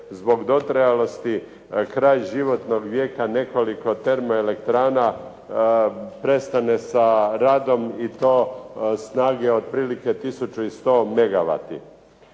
zbog dotrajalosti kraj životnog vijeka nekoliko termoelektrana prestane sa radom i to snage otprilike 1100 megawati?